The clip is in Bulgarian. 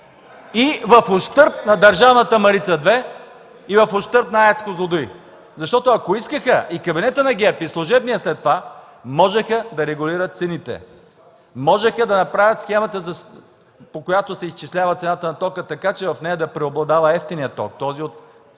и в ущърб на държавната „Марица 2”, и в ущърб на АЕЦ „Козлодуй”. Защото, ако искаха, и кабинетът на ГЕРБ, и служебният след това можеха да регулират цените. Можеха да направят схемата, по която се изчислява цената на тока така, че в нея да преобладава евтиния ток – този от